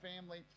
family